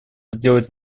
сделать